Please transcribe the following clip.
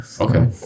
Okay